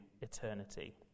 eternity